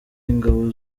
ingabo